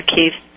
Keith